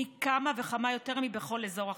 פי כמה וכמה יותר מבכל אזור אחר.